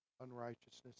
unrighteousness